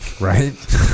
right